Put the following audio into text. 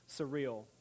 surreal